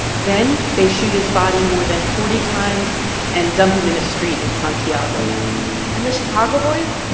then they shoot his body more than forty times and dump him in a street in santiago and the chicago boys,